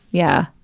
yeah.